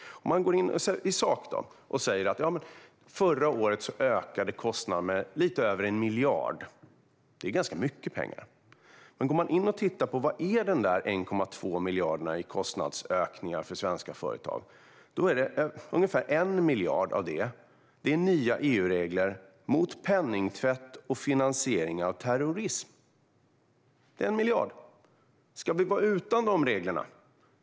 Vad händer då om vi går in i sak och säger att kostnaderna förra året ökade med lite över 1 miljard? Det är ganska mycket pengar, men om man går in och tittar på vad denna kostnadsökning på 1,2 miljarder för svenska företag egentligen är ser man att ungefär 1 miljard är på grund av nya EU-regler mot penningtvätt och finansiering av terrorism. Ska vi vara utan dessa regler?